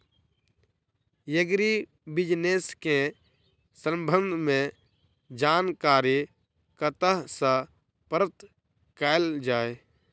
Agri business केँ संबंध मे जानकारी कतह सऽ प्राप्त कैल जाए?